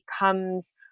becomes